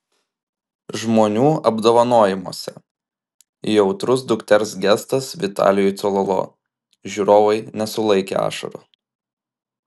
žmonių apdovanojimuose jautrus dukters gestas vitalijui cololo žiūrovai nesulaikė ašarų